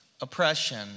oppression